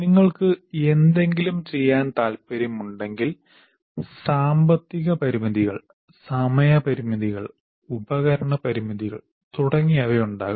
നിങ്ങൾക്ക് എന്തെങ്കിലും ചെയ്യാൻ താൽപ്പര്യമുണ്ടെങ്കിൽ സാമ്പത്തിക പരിമിതികൾ സമയ പരിമിതികൾ ഉപകരണ പരിമിതികൾ തുടങ്ങിയവ ഉണ്ടാകാം